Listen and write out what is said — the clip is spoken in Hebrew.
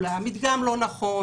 אולי המדגם לא נכון,